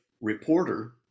reporter